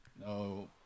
No